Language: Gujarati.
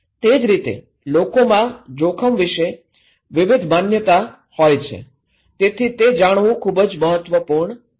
તે જ રીતે લોકોમાં જોખમ વિશે વિવિધ માન્યતા હોય છે તેથી તે જાણવું ખૂબ જ મહત્વપૂર્ણ છે